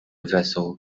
vessel